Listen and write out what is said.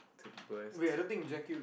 to burst